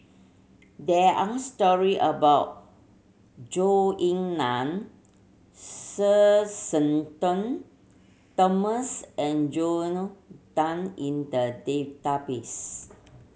there are story about Zhou Ying Nan Sir Shenton Thomas and Joel Tan in the database